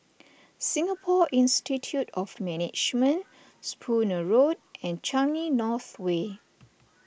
Singapore Institute of Management Spooner Road and Changi North Way